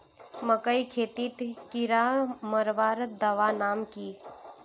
मकई खेतीत कीड़ा मारवार दवा नाम की?